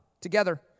together